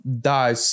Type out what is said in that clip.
die